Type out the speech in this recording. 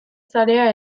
sarea